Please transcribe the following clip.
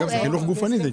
חינוך גופני.